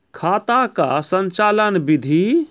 खाता का संचालन बिधि?